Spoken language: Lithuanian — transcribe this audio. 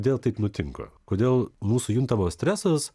kodėl taip nutinka kodėl mūsų juntamas stresas